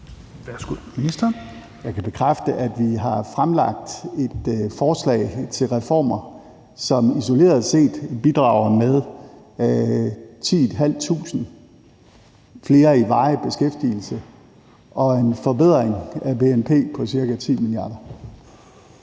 Jeg kan bekræfte, at vi har fremlagt et forslag til reformer, som isoleret set bidrager med 10.500 flere i varig beskæftigelse og en forbedring af bnp på ca. 10 mia.